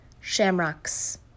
shamrocks